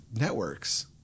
networks